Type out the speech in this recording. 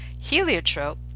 heliotrope